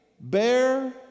bear